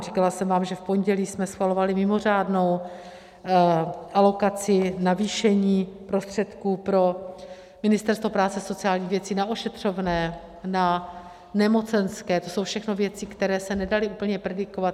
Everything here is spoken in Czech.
Říkala jsem vám, že v pondělí jsme schvalovali mimořádnou alokaci navýšení prostředků pro Ministerstvo práce a sociálních věcí na ošetřovné, na nemocenské, to jsou všechno věci, které se nedaly úplně predikovat.